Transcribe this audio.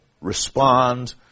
respond